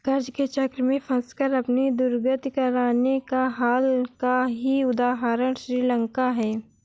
कर्ज के चक्र में फंसकर अपनी दुर्गति कराने का हाल का ही उदाहरण श्रीलंका है